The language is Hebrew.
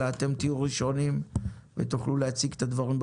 אלא אתם תהיו ראשונים ותוכלו להציג את הדברים,